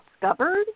discovered